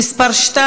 עמיר פרץ,